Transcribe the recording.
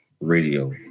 radio